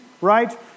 right